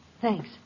Thanks